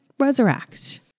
Resurrect